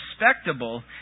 respectable